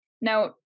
Now